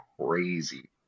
crazy